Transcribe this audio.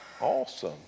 awesome